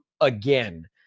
again